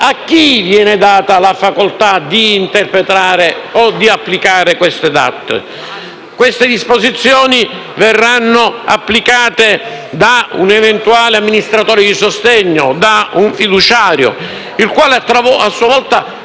a chi viene data la facoltà di interpretare o di applicare queste DAT? Queste disposizioni verranno applicate da un eventuale amministratore di sostegno, da un fiduciario il quale, a sua volta,